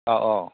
औ औ